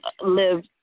live